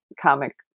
comic